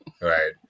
Right